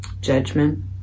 judgment